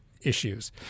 issues